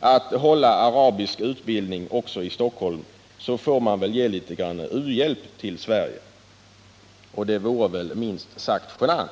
att hålla arabisk utbildning också i Stockholm så får det väl ges litet u-hjälp till Sverige — och det vore väl minst sagt genant.